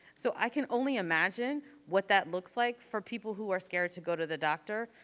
so i can only imagine what that looks like for people who are scared to go to the doctor.